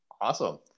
awesome